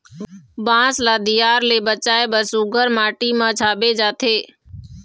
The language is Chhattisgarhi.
बांस ल दियार ले बचाए बर सुग्घर माटी म छाबे जाथे